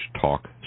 talk